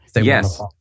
yes